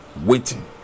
waiting